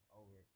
over